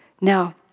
Now